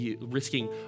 risking